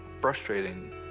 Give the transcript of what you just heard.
frustrating